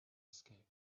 escape